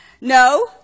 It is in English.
No